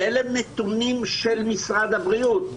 ואלה נתונים של משרד הבריאות שלנו,